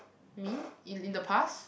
me in the past